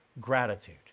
gratitude